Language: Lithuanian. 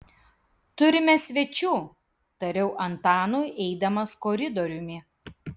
turime svečių tariau antanui eidamas koridoriumi